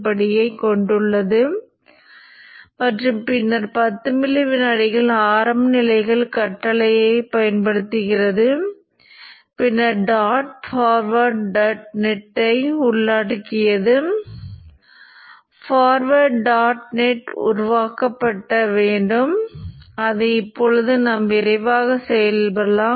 எனவே காந்தமாக்கும் பகுதி நேர்கோட்டில் உயரும் காரணம் முதன்மையின் மின்னழுத்தம் க்கு சமமாக இருக்கும்